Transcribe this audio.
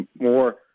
more